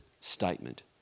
statement